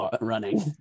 running